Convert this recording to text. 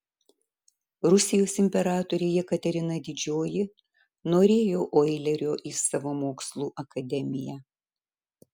rusijos imperatorė jekaterina didžioji norėjo oilerio į savo mokslų akademiją